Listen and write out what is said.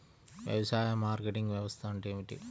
వ్యవసాయ మార్కెటింగ్ వ్యవస్థ అంటే ఏమిటి?